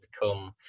become